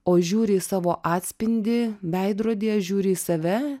o žiūri į savo atspindį veidrodyje žiūri į save